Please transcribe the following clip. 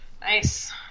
Nice